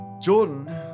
Jordan